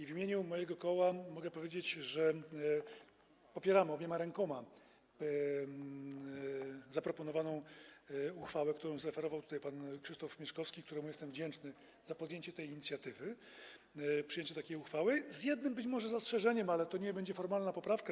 W imieniu mojego koła mogę powiedzieć, że podpiszemy się obiema rękoma pod zaproponowaną uchwałą, którą zreferował pan Krzysztof Mieszkowski, któremu jestem wdzięczny za podjęcie tej inicjatywy, przyjęcie takiej uchwały, z jednym być może zastrzeżeniem, ale to nie będzie formalna poprawka.